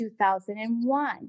2001